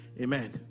Amen